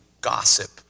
gossip